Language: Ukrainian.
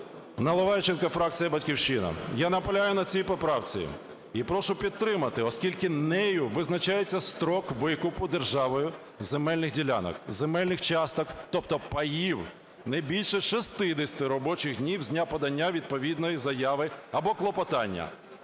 Наливайченко, фракція "Батьківщина". Я наполягаю на цій поправці і прошу підтримати, оскільки нею визначається строк викупу державою земельних ділянок, земельних часток, тобто паїв, не більше 60 робочих днів з дня подання відповідної заяви або клопотання.